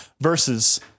versus